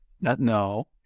no